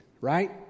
right